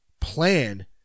plan